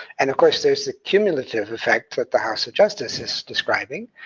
and of course there's the cumulative effect that the house of justice is describing,